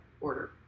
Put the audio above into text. order